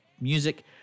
music